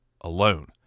alone